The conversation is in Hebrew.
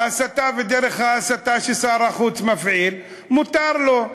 ההסתה ודרך ההסתה ששר החוץ מפעיל, מותר לו.